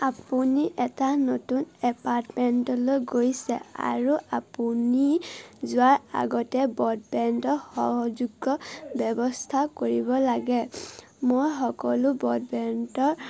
আপুনি এটা নতুন এপাৰ্টমেণ্টলৈ গৈছে আৰু আপুনি যোৱাৰ আগতে বডবেণ্ডৰ সহযোগ্য ব্যৱস্থা কৰিব লাগে মই সকলো বডবেণ্ডৰ